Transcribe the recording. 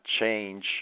change